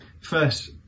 First